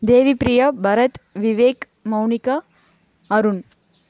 Devi Priya Bharat Vivek Mounika Arun